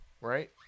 Right